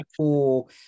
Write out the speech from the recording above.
cool